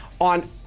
On